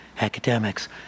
Academics